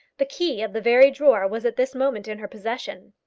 the key of the very drawer was at this moment in her possession.